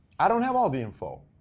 i don't have all the info.